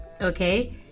okay